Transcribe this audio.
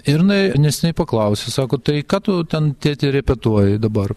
ir jinai neseniai paklausė sako tai ką tu ten tėti repetuoji dabar